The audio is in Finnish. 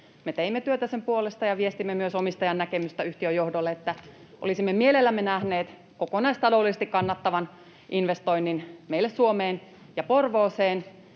teimme työtä sen puolesta ja viestimme myös omistajan näkemystä yhtiön johdolle, että olisimme mielellämme nähneet kokonaistaloudellisesti kannattavan investoinnin meille Suomeen ja Porvooseen,